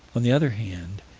on the other hand,